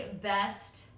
best